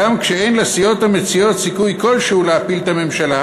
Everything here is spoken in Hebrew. גם כשאין לסיעות המציעות סיכוי כלשהו להפיל את הממשלה